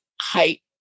height